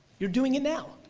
you're doing it now,